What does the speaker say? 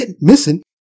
missing